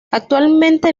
actualmente